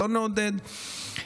לא נעודד,